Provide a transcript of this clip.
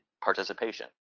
participation